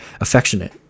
affectionate